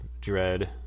Dread